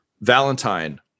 valentine